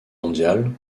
mondiale